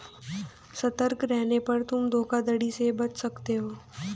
सतर्क रहने पर तुम धोखाधड़ी से बच सकते हो